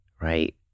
right